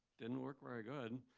didn't work very good.